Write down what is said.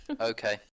Okay